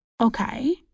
Okay